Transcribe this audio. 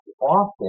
often